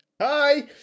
Hi